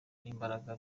n’imbaraga